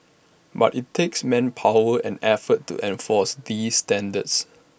but IT takes manpower and effort to enforce these standards